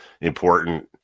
important